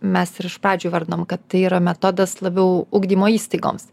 mes ir iš pradžių įvardinom kad tai yra metodas labiau ugdymo įstaigoms